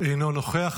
אינו נוכח.